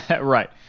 right